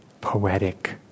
poetic